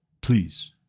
please